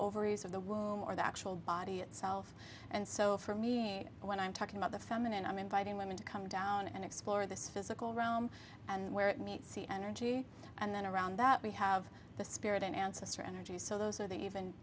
ovaries of the womb or the actual body itself and so for me when i'm talking about the feminine i'm inviting women to come down and explore this physical realm and where it meets the energy and then around that we have the spirit and answer energy so those are the even